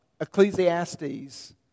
Ecclesiastes